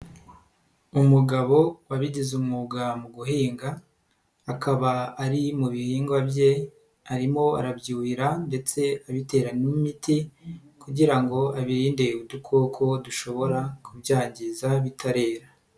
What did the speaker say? Umugabo wabigize umwuga mu guhinga, akaba ari mu bihingwa bye, arimo arabyuhira ndetse abitera n'imiti kugira ngo abirinde udukoko dushobora kubyangiza bitarera.